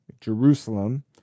Jerusalem